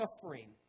suffering